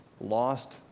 lost